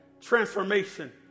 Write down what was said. transformation